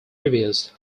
reviews